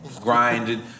grinded